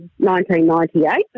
1998